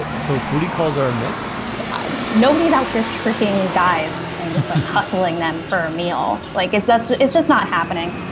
so foodie calls are a myth nobody's out here tricking guys. and just like hustling them for a meal like it that's it's just not happening